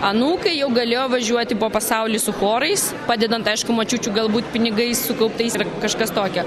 anūkai jau galėjo važiuoti po pasaulį su chorais padedant aišku močiučių galbūt pinigais sukauptais ir kažkas tokio